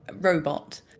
robot